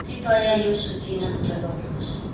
कृपया यो सूची नष्ट गर्नुहोस्